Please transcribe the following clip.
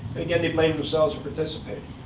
and again, they blame themselves for participating.